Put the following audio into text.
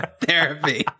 therapy